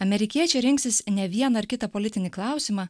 amerikiečiai rinksis ne vieną ar kitą politinį klausimą